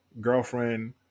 girlfriend